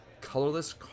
colorless